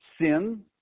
sin